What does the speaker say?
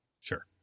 Sure